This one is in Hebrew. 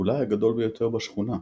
אולי הגדול ביותר בשכונה.